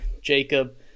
jacob